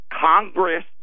Congress